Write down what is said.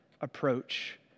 approach